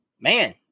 Man